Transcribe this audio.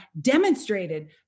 demonstrated